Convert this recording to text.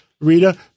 Rita